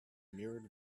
mirrored